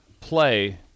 Play